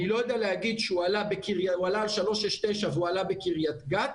אני לא יכול להגיד שהוא עלה על 369 והוא עלה בקרית גת,